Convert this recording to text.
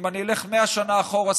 אם אלך 100 שנה אחורה,